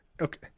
Okay